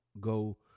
go